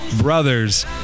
brothers